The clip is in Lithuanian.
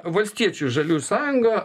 valstiečių žaliųjų sąjunga